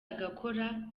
agakora